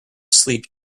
sleep